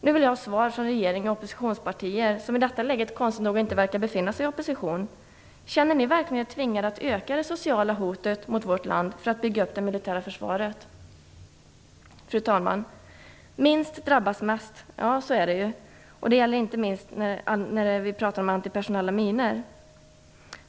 Nu vill jag ha svar från regeringen och från oppositionspartierna, som i detta läge konstigt nog inte verkar befinna sig i opposition: Känner ni er verkligen tvingade att öka det sociala hotet mot vårt land, för att bygga upp det militära försvaret? Fru talman! Minst drabbas mest, så är det ju. Det gäller inte minst när vi pratar om antipersonella minor.